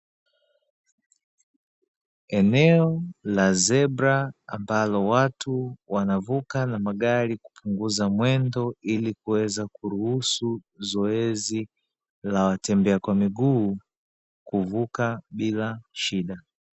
Eneo la zebra ambalo watu wanavuka na magari kupunguza mwendo, ili kuweza kuruhusu zoezi la watembea kwa miguu kuvuka bila shida.